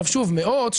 שוב, מאות.